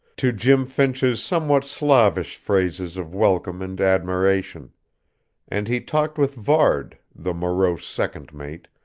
to jim finch's somewhat slavish phrases of welcome and admiration and he talked with varde, the morose second mate,